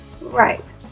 Right